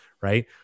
right